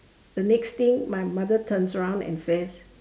the next thing my mother turns around and says